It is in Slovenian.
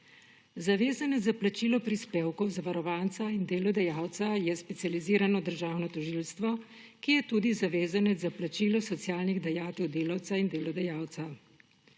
Zavezanec za plačilo prispevkov zavarovanca in delodajalca je Specializirano državno tožilstvo, ki je tudi zavezanec za plačilo socialnih dajatev delavca in delodajalca.